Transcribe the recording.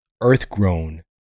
earth-grown